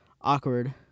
Awkward